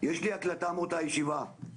יש לי הקלטה מאותה ישיבה,